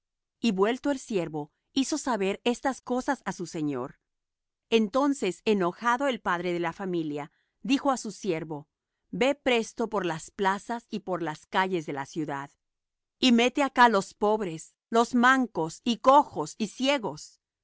y vuelto el siervo hizo saber estas cosas á su señor entonces enojado el padre de la familia dijo á su siervo ve presto por las plazas y por las calles de la ciudad y mete acá los pobres los mancos y cojos y ciegos